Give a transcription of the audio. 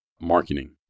marketing